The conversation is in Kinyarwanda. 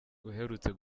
uherutse